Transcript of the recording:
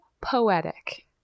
poetic